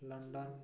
London